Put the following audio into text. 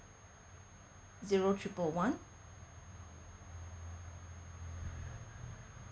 zero triple one